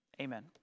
Amen